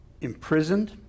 imprisoned